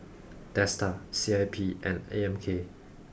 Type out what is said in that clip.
Dsta C I P and A M K